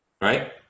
right